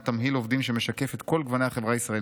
תמהיל עובדים שמשקף את כל גוני החברה הישראלית.